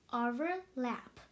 overlap